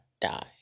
die